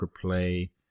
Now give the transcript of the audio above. play